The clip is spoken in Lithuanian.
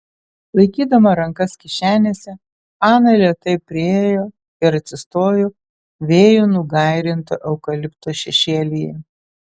laikydama rankas kišenėse ana lėtai priėjo ir atsistojo vėjų nugairinto eukalipto šešėlyje